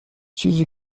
چیزی